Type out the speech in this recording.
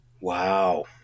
Wow